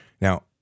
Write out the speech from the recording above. Now